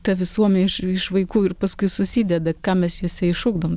ta visuomenė iš iš vaikų ir paskui susideda ką mes juose išugdom